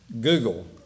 Google